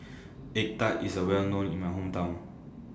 Egg Tart IS A Well known in My Hometown